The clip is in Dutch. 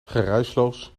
geruisloos